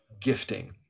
gifting